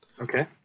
Okay